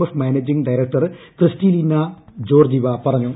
F managing director Kristalina Georgieva പറഞ്ഞു